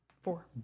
four